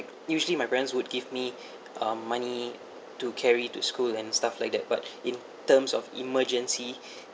usually my parents would give me uh money to carry to school and stuff like that but in terms of emergency